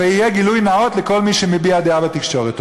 ויהיה גילוי נאות לכל מי שמביע דעה בתקשורת.